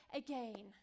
again